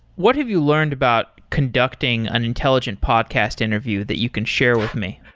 what have you learned about conducting an intelligent podcast interview that you can share with me?